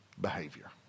behavior